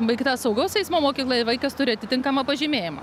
baigta saugaus eismo mokykla ir vaikas turi atitinkamą pažymėjimą